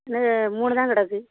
மூணு தான் கிடக்கு